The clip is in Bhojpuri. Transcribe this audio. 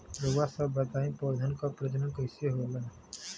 रउआ सभ बताई पौधन क प्रजनन कईसे होला?